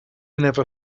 never